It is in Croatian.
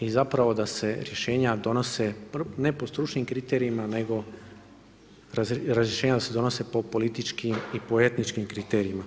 i da se rješenja donose ne po stručnim kriterijima nego razrješenja da se donose po političkim i po etničkim kriterijima.